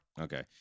Okay